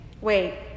Wait